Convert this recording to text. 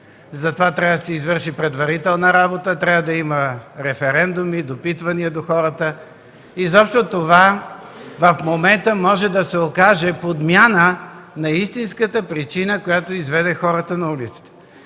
Затова трябва да се извърши предварителна работа, да има референдуми, допитвания до хората. Изобщо в момента това може да се окаже подмяна на истинската причина, която изведе хората на улицата.